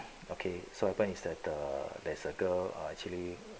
okay so happen is the the there's a girl err actually